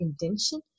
intention